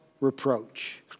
reproach